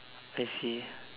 I see